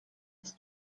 his